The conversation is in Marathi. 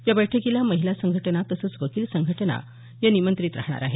या बैठकीला महिला संघटना तसंच वकील संघटना या निमंत्रित राहणार आहेत